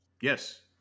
Yes